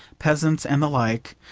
peasants and the like,